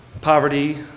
poverty